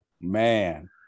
man